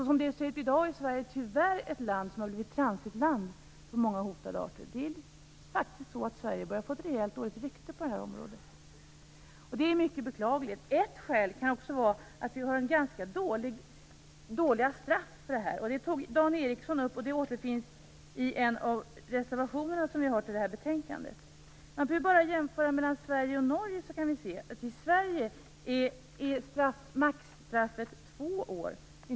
Som det ser ut i dag har Sverige tyvärr blivit ett transitland när det gäller många hotade arter. Sverige börjar faktiskt få ett rejält dåligt rykte på det här området. Det är mycket beklagligt. Ett skäl kan vara att vi har ganska låga straff för det här. Dan Ericsson tog upp det, och det återfinns i en av de reservationer som vi har fogat till det här betänkandet. Man behöver bara jämföra mellan Sverige och Norge.